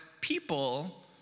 people